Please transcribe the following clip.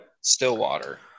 Stillwater